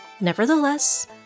nevertheless